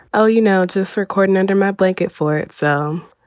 oh, you know, it's it's recorded under my blanket for film,